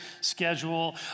schedule